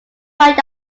point